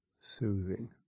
soothing